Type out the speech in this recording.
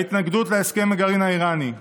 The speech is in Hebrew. בהתנגדות להסכם הגרעין האיראני,